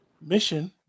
mission